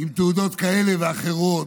עם תעודות כאלה ואחרות,